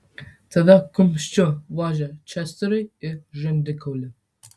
tada kumščiu vožė česteriui į žandikaulį